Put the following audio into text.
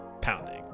pounding